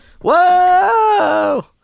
Whoa